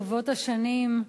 ברבות השנים,